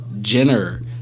jenner